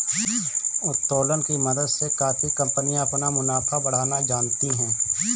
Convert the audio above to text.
उत्तोलन की मदद से काफी कंपनियां अपना मुनाफा बढ़ाना जानती हैं